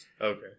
okay